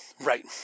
Right